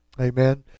Amen